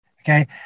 okay